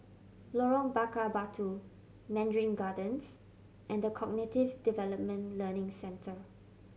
Lorong Bakar Batu Mandarin Gardens and The Cognitive Development Learning Centre